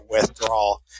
withdrawal